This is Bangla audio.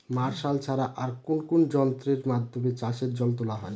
মার্শাল ছাড়া আর কোন কোন যন্ত্রেরর মাধ্যমে চাষের জল তোলা হয়?